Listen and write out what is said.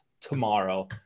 tomorrow